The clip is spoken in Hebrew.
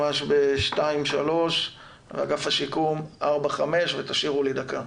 ממש בשתיים-שלוש ואגף השיקום ארבע-חמש ותשאירו לי דקה,